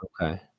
Okay